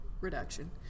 reduction